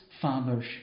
father's